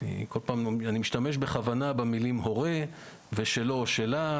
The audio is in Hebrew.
אני משתמש בכוונה במילים הורה ושלו או שלה,